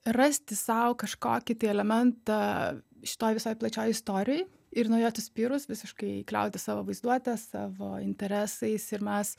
rasti sau kažkokį tai elementą šitoj visoj plačioj istorijoj ir nuo jo atsispyrus visiškai kliautis savo vaizduote savo interesais ir mes